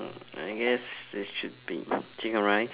I guess it should be chicken rice